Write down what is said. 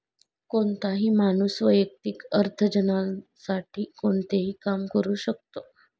कोणताही माणूस वैयक्तिक अर्थार्जनासाठी कोणतेही काम करू शकतो